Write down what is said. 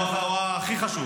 הוא הכי חשוב.